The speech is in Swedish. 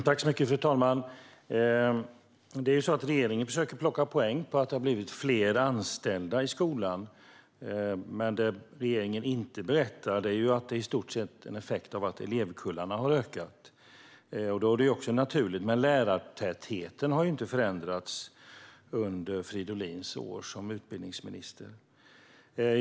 Fru talman! Regeringen försöker plocka poäng på att det har blivit fler anställda i skolan. Men det regeringen inte berättar är att det i stort sett är en effekt av att elevkullarna har vuxit. Då blir det naturligt. Men lärartätheten har inte förändrats under Fridolins år som utbildningsminister.